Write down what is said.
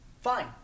fine